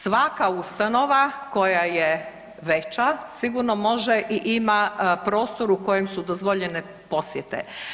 Svaka ustanova koja je veća sigurno može i ima prostor u kojem su dozvoljene posjete.